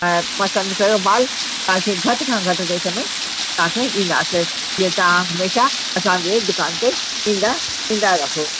ऐं पसंदि कयो मालु तव्हांखे घट खां घटि रेट में तव्हांखे ॾींदासे जीअं तव्हां हमेशा असांजे दुकान ते ईंदा ईंदा रहो